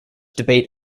debate